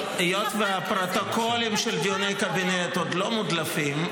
היות והפרוטוקולים של דיוני הקבינט עוד לא מודלפים,